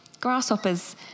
Grasshoppers